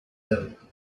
hommes